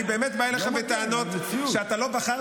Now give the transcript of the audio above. אני באמת בא אליך בטענות שאתה לא בחרת